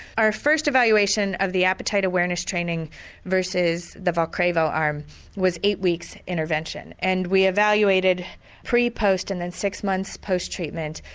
our first evaluation of the appetite awareness training versus the vulcravo arm was eight weeks intervention and we evaluated pre, post and then six months post-treatment.